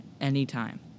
anytime